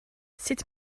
sut